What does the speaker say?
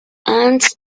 ants